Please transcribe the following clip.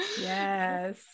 Yes